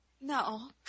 No